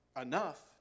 enough